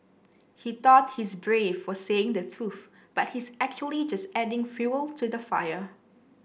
he thought he's brave for saying the truth but he's actually just adding fuel to the fire